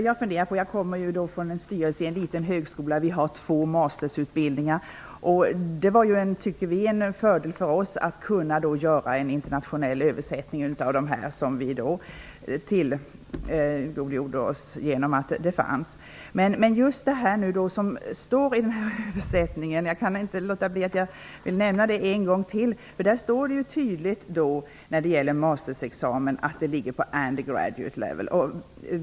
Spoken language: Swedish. Herr talman! Jag kommer från en styrelse i en liten högskola. Vi har två mastersutbildningar. Vi tyckte att det var en fördel att kunna tillgodogöra oss en internationell översättning som fanns. Jag kan inte låta bli att nämna en gång till att det i översättningen tydligt står att mastersexamen ligger på ''undergraduate level''.